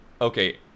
okay